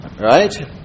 Right